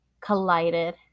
collided